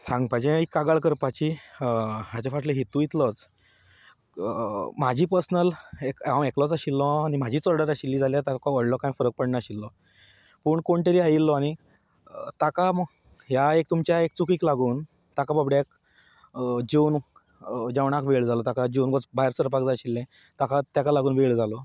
सांगपाचें कागाळ करपाची हाजो फाटलो हेतू इतलोच म्हजी पर्सनल हें हांव एकलोच आशिल्लो म्हजीच ऑर्डर आशिल्ली जाल्यार व्हडलो कांय फरक पडनाशिल्लो पूण कोण तरी आयिल्लो आनी ताका हें एक तुमच्या एक चुकीक लागून ताका बाबड्याक जेवण जेवणाक लागून वेळ जालो ताका जेवन भायर सरपाक जाय आशिल्लें ताका ताका लागून वेळ जालो